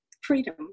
freedom